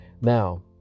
now